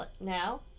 now